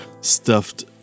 stuffed